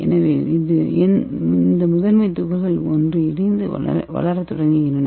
எனவே இந்த முதன்மை துகள்கள் ஒன்றிணைந்து வளரத் தொடங்குகின்றன